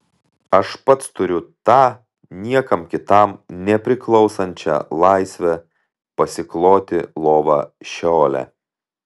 aš pats turiu tą niekam kitam nepriklausančią laisvę pasikloti lovą šeole